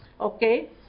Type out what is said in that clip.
Okay